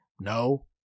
No